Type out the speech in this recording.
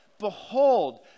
Behold